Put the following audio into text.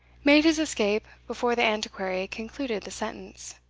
made his escape before the antiquary concluded the sentence.